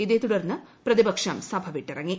ഇതേതുടർന്ന് പ്രതിപക്ഷം സഭ വിട്ടിറങ്ങി